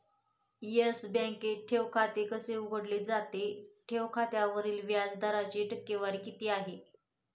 Yes बँकेत ठेव खाते कसे उघडले जाते? ठेव खात्यावरील व्याज दराची टक्केवारी किती आहे?